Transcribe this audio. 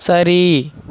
சரி